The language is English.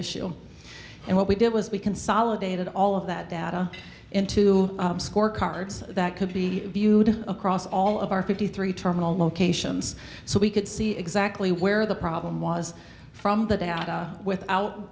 issue and what we did was we consolidated all of that data into score cards that could be viewed across all of our fifty three terminal locations so we could see exactly where the problem was from the data without